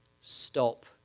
Stop